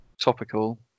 topical